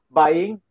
buying